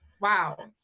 wow